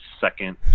second